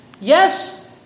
Yes